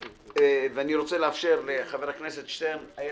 אני רוצה לאפשר לחבר הכנסת שטרן ולחברת